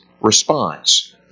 response